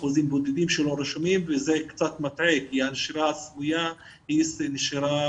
אחוזים בודדים שלא רשומים וזה קצת מטעה כי הנשירה הסמויה היא נשירה